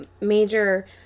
major